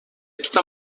tota